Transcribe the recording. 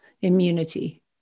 immunity